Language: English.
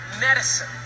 medicine